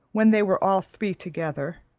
when they were all three together,